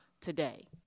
today